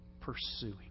pursuing